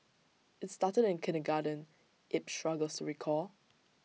IT started in kindergarten Yip struggles to recall